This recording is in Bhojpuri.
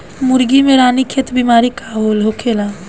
मुर्गी में रानीखेत बिमारी का होखेला?